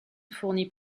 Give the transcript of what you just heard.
fournit